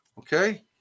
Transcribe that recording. okay